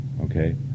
Okay